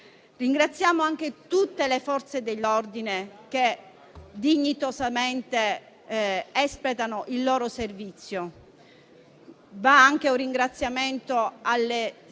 Ringraziamo anche tutte le Forze dell'ordine che dignitosamente espletano il loro servizio. Un ringraziamento va